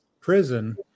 prison